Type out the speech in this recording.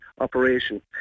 operation